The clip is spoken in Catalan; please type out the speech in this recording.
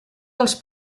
dels